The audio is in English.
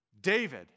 David